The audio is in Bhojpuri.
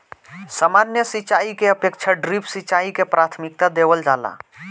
सामान्य सिंचाई के अपेक्षा ड्रिप सिंचाई के प्राथमिकता देवल जाला